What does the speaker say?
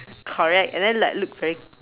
correct and then like look very